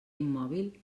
immòbil